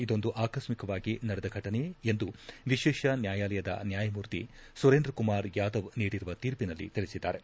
ಇದೊಂದು ಆಕಸ್ಟಿವಾಗಿ ನಡೆದ ಘಟನೆ ಎಂದು ವಿಶೇಷ ನ್ನಾಯಾಲಯದ ನ್ನಾಯಮೂರ್ತಿ ಸುರೇಂದ್ರ ಕುಮಾರ್ ಯಾದವ್ ನೀಡಿರುವ ತೀರ್ಪಿನಲ್ಲಿ ತಿಳಿಸಿದ್ದಾರೆ